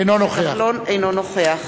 אינו נוכח